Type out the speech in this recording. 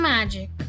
Magic